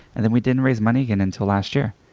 and then we didn't raise money again until last year,